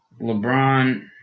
LeBron